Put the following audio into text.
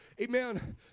amen